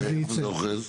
ואיפה זה אוחז?